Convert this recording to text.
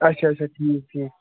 آچھا آچھا ٹھیٖک ٹھیٖک